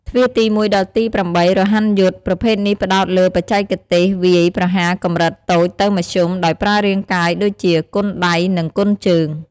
ទ្វារទី១ ដល់ទី៨ រហ័នយុទ្ធ ប្រភេទនេះផ្តោតលើបច្ចេកទេសវាយប្រហារកម្រិតតូចទៅមធ្យមដោយប្រើរាងកាយ ដូចជា គុនដៃ និង គុនជើង។